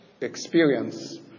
experience